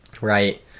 right